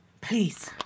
Please